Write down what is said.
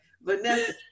vanessa